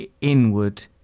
inward